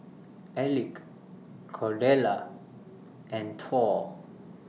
Elick Cordella and Thor